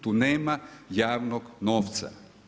Tu nema javnog novca.